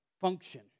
function